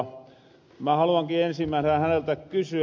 mä haluankin ensimmäisenä häneltä kysyä